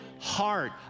heart